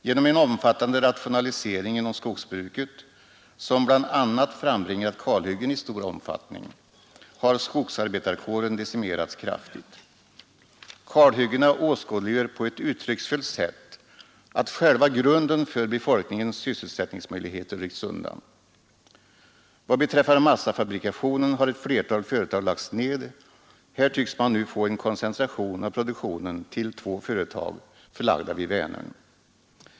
Genom en omfattande rationalisering inom skogsbruket, som bl.a. frambringat kalhyggen i stor omfattning, har skogsarbetarkåren decimerats kraftigt. Kalhyggena åskådliggör på ett uttrycksfullt sätt att själva grunden för befolkningens sysselsättningsmöjligheter ryckts undan. Vad beträffar massafabrikationen har ett flertal företag lagts ned; här tycks man nu få en koncentration av produktionen till två företag förlagda vid Vänern.